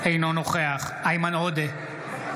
אינו נוכח איימן עודה,